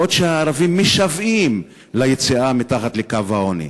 בעוד הערבים משוועים ליציאה מתחת לקו העוני.